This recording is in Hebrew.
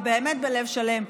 ובאמת בלב שלם,